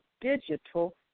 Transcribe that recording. Digital